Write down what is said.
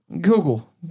Google